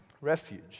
Refuge